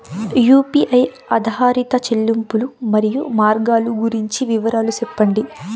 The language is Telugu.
యు.పి.ఐ ఆధారిత చెల్లింపులు, మరియు మార్గాలు గురించి వివరాలు సెప్పండి?